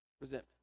Resentment